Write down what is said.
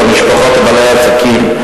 את המשפחות ובעלי העסקים.